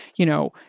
you know,